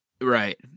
right